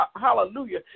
hallelujah